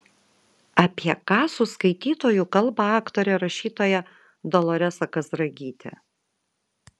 apie ką su skaitytoju kalba aktorė rašytoja doloresa kazragytė